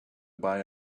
buy